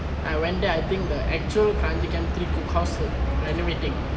I went there I think the actual kranji camp three cookhouse renovating